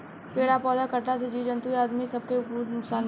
पेड़ आ पौधा कटला से जीव जंतु आ आदमी सब के भी नुकसान बा